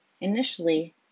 Initially